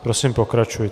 Prosím, pokračujte.